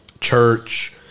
church